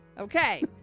Okay